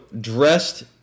dressed